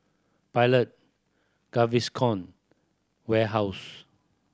Pilot Gaviscon Warehouse